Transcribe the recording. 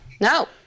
No